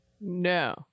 no